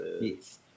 Yes